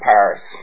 Paris